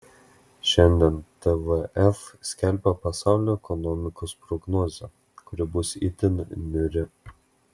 šiandien tvf skelbia pasaulio ekonomikos prognozę kuri bus itin niūri